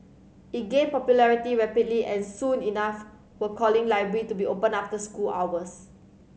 it gained popularity rapidly and soon enough were calling library to be opened after school hours